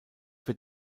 wird